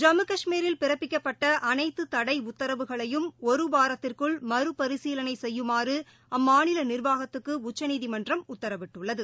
ஜம்மு கஷ்மீரில் பிறப்பிக்கப்பட்ட அனைத்து தடை உத்தரவுகளையும் ஒரு வாரத்திற்குள் மறுபரிசீலனை செய்யுமாறு அம்மாநில நிர்வாகத்துக்கு உச்சநீதிமன்றம் உத்தரவிட்டுள்ளது